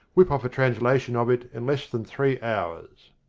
whip off a translation of it in less than three hours.